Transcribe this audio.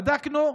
בדקנו,